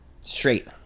Straight